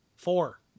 Four